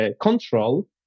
control